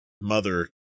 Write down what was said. mother